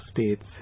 states